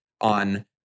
on